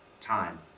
time